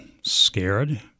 scared